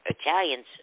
Italians